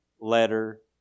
letter